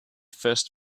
first